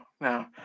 no